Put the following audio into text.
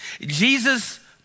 Jesus